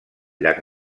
llac